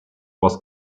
was